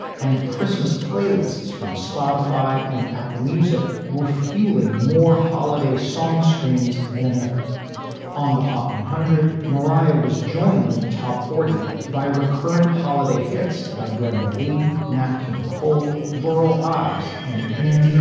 and christmas playlists from spotify and apple music were fueling fueling more holiday song streams than ever on the hot one hundred. mariah was joined in the top forty by recurrent holiday hits by brenda leigh, nat king cole, burl ives and andy